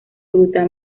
fruta